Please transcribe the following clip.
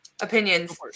Opinions